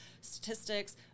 statistics